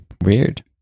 Weird